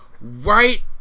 right